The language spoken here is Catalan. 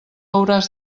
hauràs